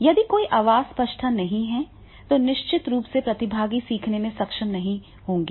यदि कोई आवाज स्पष्टता नहीं है तो निश्चित रूप से प्रतिभागी सीखने में सक्षम नहीं होंगे